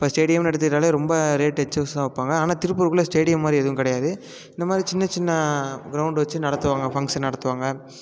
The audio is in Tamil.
இப்போ ஸ்டேடியம்ன்னு எடுத்துக்கிட்டால் ரொம்ப ரேட்டு ஹெச்சஸ் தான் வைப்பாங்க ஆனால் திருப்பூருக்குள்ளே ஸ்டேடியம் மாதிரி எதுவும் கிடையாது இந்தமாதிரி சின்ன சின்ன க்ரௌண்ட் வச்சு நடத்துவாங்க ஃபங்க்ஷன் நடத்துவாங்க